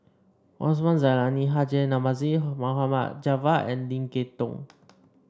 Osman Zailani Haji Namazie Mohd Javad and Lim Kay Tong